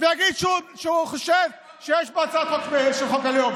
ויגיד שהוא חושב שיש פה הצעת חוק של חוק הלאום.